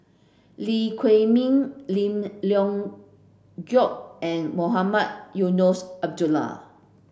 Lee Huei Min Lim Leong Geok and Mohamed Eunos Abdullah